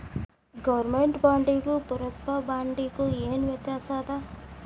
government ಬಾಂಡಿಗೂ ಪುರ್ಸಭಾ ಬಾಂಡಿಗು ಏನ್ ವ್ಯತ್ಯಾಸದ